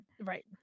Right